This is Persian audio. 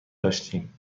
داشتیم